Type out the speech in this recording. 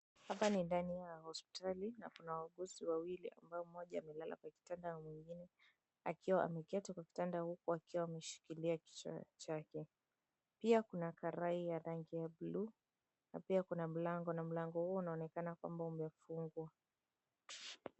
Hapa ni ndani ya hospitali na kuna wauguzi wawili ambao mmoja amelala kwenye kitanda na mwingine akiwa ameketi kwa kitanda huku akiwa ameshikilia kichwa chake. Pia kuna karai ya rangi ya bluu, na pia kuna mlango na mlango huo unaonekana kwamba umefungwa.